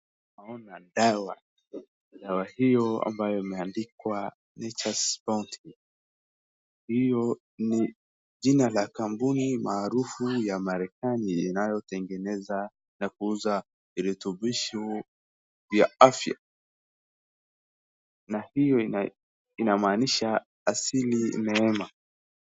Ninaona dawa ,dawa hiyo ambayo limeandikwa NATURE'S BOUNTY ,hiyo ni jina la kampuni maarufu ya Merikani inayotengeneza na kuuza vilitumbishu ya afya. Na hiyo inamanisha asili neema.